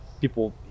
people